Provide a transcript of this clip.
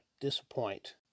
disappoint